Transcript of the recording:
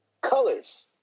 colors